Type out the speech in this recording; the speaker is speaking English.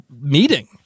meeting